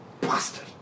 bastard